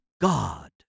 God